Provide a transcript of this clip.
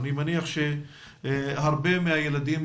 אני מניח שהרבה מהילדים